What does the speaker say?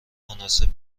مناسب